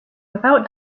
without